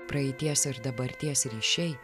praeities ir dabarties ryšiai